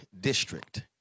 district